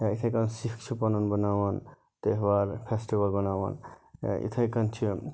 یا یِتھٕے کٔنۍ سِکھ چھِ پَنُن بَناوان تہوار وہوار فیٚسٹِول بَناوان یا یِتھٕے کٔنۍ چھِ